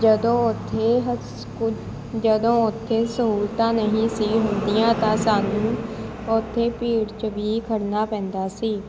ਜਦੋਂ ਉੱਥੇ ਹਰ ਸਕੂਲ ਜਦੋਂ ਉੱਥੇ ਸਹੂਲਤਾਂ ਨਹੀਂ ਸੀ ਹੁੰਦੀਆਂ ਤਾਂ ਸਾਨੂੰ ਉੱਥੇ ਭੀੜ 'ਚ ਵੀ ਖੜਨਾ ਪੈਂਦਾ ਸੀ